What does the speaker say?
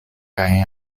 kaj